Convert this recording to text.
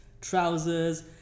trousers